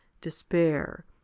despair